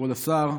כבוד השר,